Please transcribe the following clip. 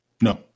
No